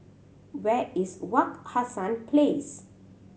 where is Wak Hassan Place